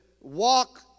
walk